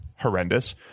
horrendous